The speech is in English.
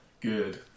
Good